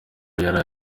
yaraye